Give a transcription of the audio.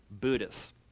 Buddhists